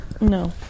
No